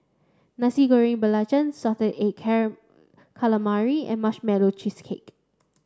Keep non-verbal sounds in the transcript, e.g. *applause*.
Nasi Goreng Belacan salted egg *unintelligible* calamari and marshmallow cheesecake